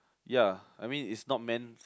ya I mean is not meant